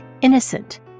innocent